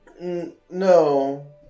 No